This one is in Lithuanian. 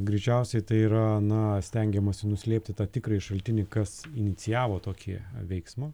greičiausiai tai yra na stengiamasi nuslėpti tą tikrąjį šaltinį kas inicijavo tokį veiksmą